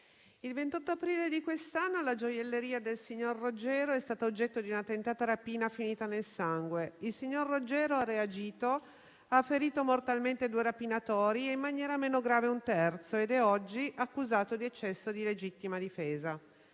il 28 aprile di quest'anno la gioielleria del signor Roggero è stata oggetto di una tentata rapina finita nel sangue. Il signor Roggero ha reagito, ha ferito mortalmente due rapinatori e in maniera meno grave un terzo ed è oggi accusato di eccesso di legittima difesa.